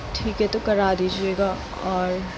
ठीक है तो करा दीजीएगा और